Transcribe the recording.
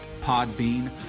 Podbean